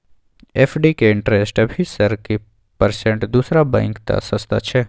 FD के interest अभी sir की परसेंट दूसरा बैंक त सस्ता छः?